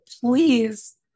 Please